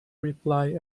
reply